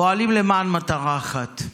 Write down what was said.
פועלים למען מטרה אחת.